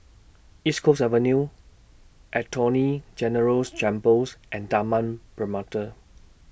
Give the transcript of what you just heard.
East Coast Avenue Attorney General's Chambers and Taman Permata